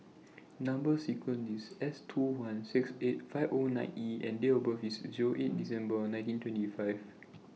Number sequence IS S two one six eight five O nine E and Date of birth IS eight December nineteen twenty five